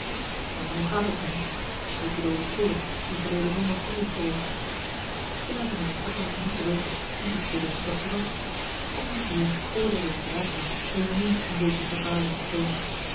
en hoe gaat het hem ik bedoel den schilder die verleden zondag hier is geweest de luitenant verklaarde niet te weten wie de schilder in quaestie was de griffier oordeelde het raadzaam eveneens een zekere verbazing te toonen